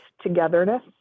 togetherness